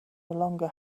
longer